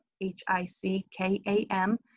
H-I-C-K-A-M